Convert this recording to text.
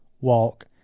walk